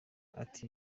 ati